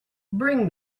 bring